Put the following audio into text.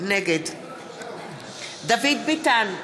נגד דוד ביטן,